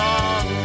on